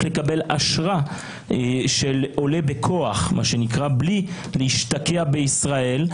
לקבל אשרת עולה בכוח בלי להשתקע בישראל.